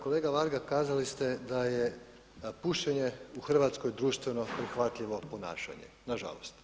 Kolega Varga, kazali ste da je pušenje u Hrvatskoj društveno prihvatljivo ponašanje, nažalost.